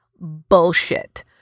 bullshit